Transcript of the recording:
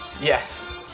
Yes